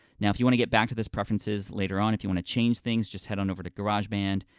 now if you wanna get back to this preferences, later on if you wanna change things, just head on over to garageband,